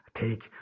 take